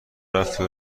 رفتی